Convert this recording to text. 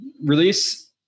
release